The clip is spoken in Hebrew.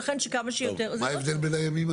מה ההבדל בין הימים,